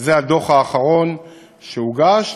זה הדוח האחרון שהוגש,